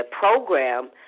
program